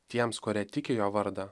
tiems kurie tiki jo vardą